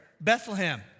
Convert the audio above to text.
Bethlehem